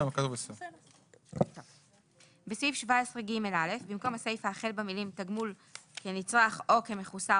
האמורים"; בסעיף 17ה(ב)(2) ו-(3) בכל מקום במקום "תגמול כנצרך או כמחוסר